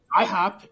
IHOP